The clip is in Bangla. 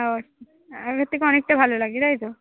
ও আগের থেকে অনেকটা ভালো লাগছে তাই তো